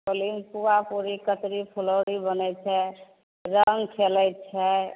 होलीमे पुआ पुरी कचरी फुलौरी बनै छै रङ्ग खेलै छै